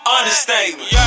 Understatement